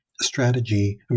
strategy